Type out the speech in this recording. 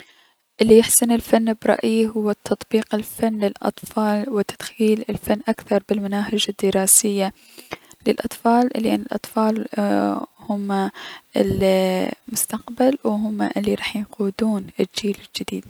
الي يحسن الفن برأيي هو تطبيق فن الأطفال و تدخيل الفن اكثر بالمناهج الدراسية للأطفال لأن الأطفال هم المستقبل و هم الي راح يقودون الجيل الجديد.